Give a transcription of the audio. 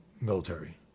military